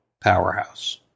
powerhouse